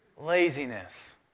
Laziness